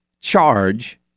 charge